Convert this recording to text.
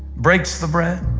breaks the bread,